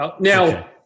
Now